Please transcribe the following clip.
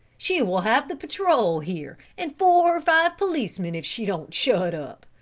she will have the patrol here and four or five policemen if she don't shut up.